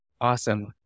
Awesome